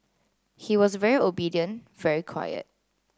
he was very obedient very quiet